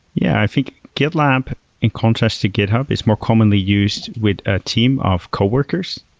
yeah, i think gitlab in contrast to github is more commonly used with a team of coworkers.